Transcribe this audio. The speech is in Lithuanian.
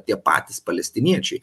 tie patys palestiniečiai